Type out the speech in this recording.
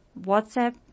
WhatsApp